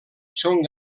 són